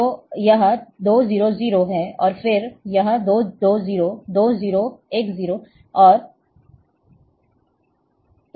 तो यह 2 0 0 है और फिर यह 2 2 0 2 0 1 0 और इसी तरह और आगे